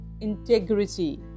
integrity